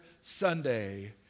Sunday